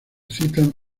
citan